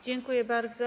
Dziękuję bardzo.